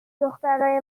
دخترای